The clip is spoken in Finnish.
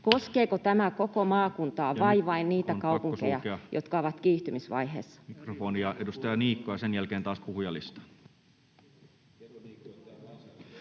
sulkea mikrofoni!] vai vain niitä kaupunkeja, jotka ovat kiihtymisvaiheessa? Edustaja Niikko. — Sen jälkeen taas puhujalistaan.